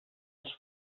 els